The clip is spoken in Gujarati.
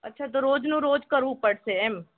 અચ્છા તો રોજનું રોજ કરવું પડશે એમ